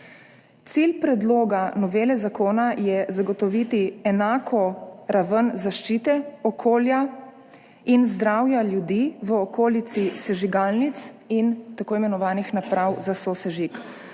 Cilj predloga novele zakona je zagotoviti enako raven zaščite okolja in zdravja ljudi v okolici sežigalnic in tako imenovanih naprav za sosežig.